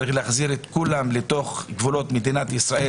צריך להחזיר את כולם לגבולות מדינת ישראל,